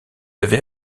avez